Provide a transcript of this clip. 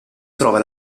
trova